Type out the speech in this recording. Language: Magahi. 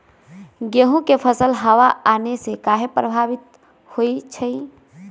गेंहू के फसल हव आने से काहे पभवित होई छई?